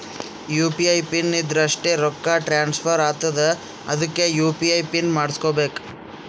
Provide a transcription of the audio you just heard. you P I PIN ಇದ್ದುರ್ ಅಷ್ಟೇ ರೊಕ್ಕಾ ಟ್ರಾನ್ಸ್ಫರ್ ಆತ್ತುದ್ ಅದ್ಕೇ ಯು.ಪಿ.ಐ ಪಿನ್ ಮಾಡುಸ್ಕೊಬೇಕ್